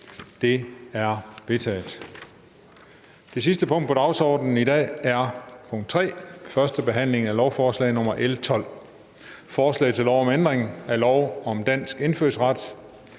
Det er vedtaget. --- Det sidste punkt på dagsordenen er: 3) 1. behandling af lovforslag nr. L 12: Forslag til lov om ændring af lov om dansk indfødsret.